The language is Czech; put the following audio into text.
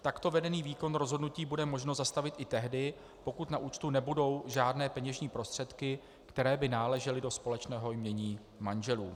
Takto vedený výkon rozhodnutí bude možno zastavit i tehdy, pokud na účtu nebudou žádné peněžní prostředky, které by náležely do společného jmění manželů.